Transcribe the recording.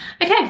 Okay